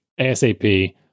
ASAP